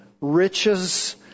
riches